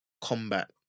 combat